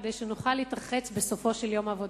כדי שנוכל להתרחץ בסופו של יום עבודה.